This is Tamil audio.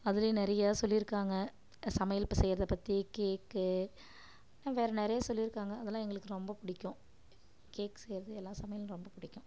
அதுலேயும் நிறைய சொல்லியிருக்காங்க சமையல் செய்கிறதப் பற்றி கேக் வேற நிறைய சொல்லியிருக்காங்க அதெலாம் எங்குளுக்கு ரொம்ப பிடிக்கும் கேக் செய்கிறது எல்லா சமையலும் ரொம்ப பிடிக்கும்